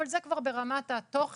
אבל זה כבר ברמת התוכן,